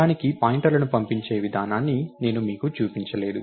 దానికి పాయింటర్లను పంపించే విధానాన్ని నేను మీకు చూపించలేదు